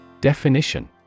Definition